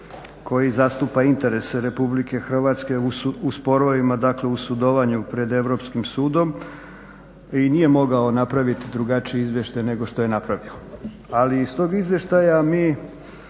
koji zastupa interese Republike Hrvatske u sporovima dakle u sudovanju pred Europskim sudom i nije mogao napraviti drugačiji izvještaj nego što je napravio. Ali iz tog izvještaja mi